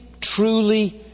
truly